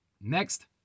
Next